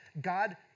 God